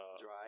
dry